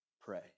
pray